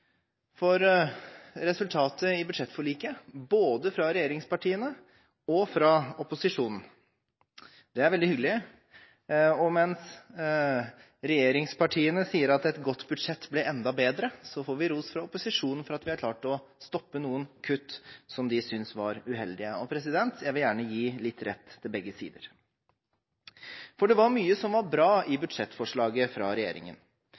for resultatet i budsjettforliket både fra regjeringspartiene og fra opposisjonen. Det er veldig hyggelig. Mens regjeringspartiene sier at et godt budsjett ble enda bedre, får vi ros fra opposisjonen for at vi har klart å stoppe noen kutt som de synes var uheldige. Jeg vil gjerne gi litt rett til begge sider. Det var mye som var bra i budsjettforslaget fra regjeringen.